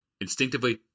Instinctively